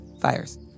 Fires